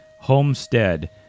homestead